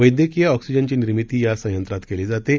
वैद्यकीय ऑक्सिजनची निर्मीती या संयंत्रात केली जाते